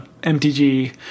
MTG